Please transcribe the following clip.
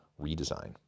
redesign